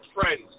friends